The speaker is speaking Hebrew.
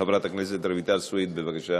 חברת הכנסת רויטל סויד, בבקשה.